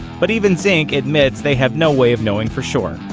but even zink admits they have no way of knowing for sure.